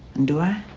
and do i? or